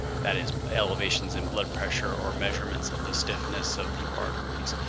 that is, elevations in blood pressure or measurements of the stiffness of the arteries.